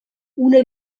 una